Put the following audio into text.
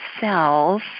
cells